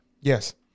Yes